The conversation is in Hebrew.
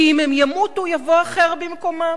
כי אם הם ימותו יבוא אחר במקומם.